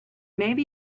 maybe